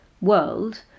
world